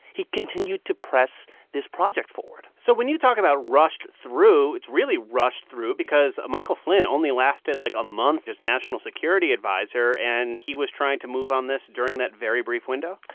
he continued to press this project forward so when you talk about rushed through, it's really rushed through because michael flynn only lasted, like, a month as national security adviser, and he was trying to move on this during that very brief window?